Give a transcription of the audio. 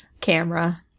camera